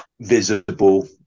visible